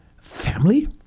family